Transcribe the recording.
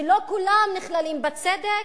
שלא כולם נכללים בצדק?